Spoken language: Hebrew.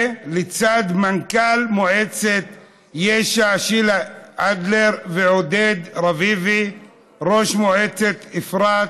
לצד מנכ"ל מועצת יש"ע שילה אדלר ועודד רביבי ראש מועצת אפרת,